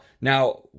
now